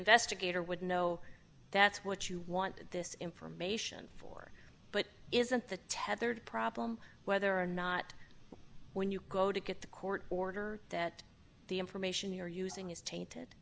investigator would know that's what you want this information for but isn't the tethered problem whether or not when you go to get the court order that the information you're using is tainted